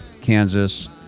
Kansas